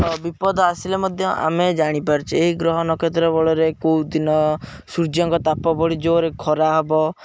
ବିପଦ ଆସିଲେ ମଧ୍ୟ ଆମେ ଜାଣିପାରୁଛେ ଏହି ଗ୍ରହ ନକ୍ଷତ୍ର ବଳରେ କେଉଁଦିନ ସୂର୍ଯ୍ୟଙ୍କ ତାପ ବଢ଼ି ଯୋରେ ଖରା ହବ